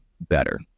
better